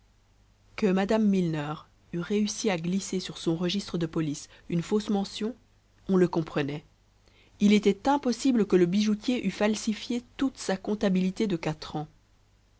que mme millier eût réussi à glisser sur son registre de police une fausse mention on le comprenait il était impossible que le bijoutier eût falsifié toute sa comptabilité de quatre ans